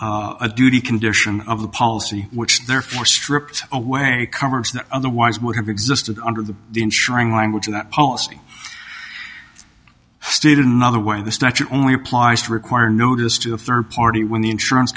a duty condition of the policy which therefore stripped away otherwise would have existed under the ensuring language of that policy stated another way the structure only applies to require notice to a third party when the insurance